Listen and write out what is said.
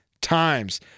times